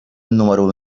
número